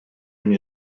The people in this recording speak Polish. nie